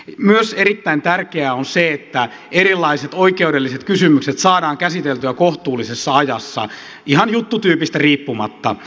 myös erittäin tärkeää on se että erilaiset oikeudelliset kysymykset saadaan käsiteltyä kohtuullisessa ajassa ihan juttutyypistä riippumatta